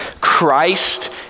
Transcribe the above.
Christ